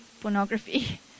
pornography